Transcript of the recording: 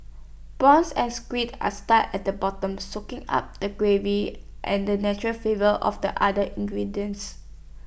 prawns and squid are stuck in the bottom soaking up the gravy and the natural favour of the other ingredients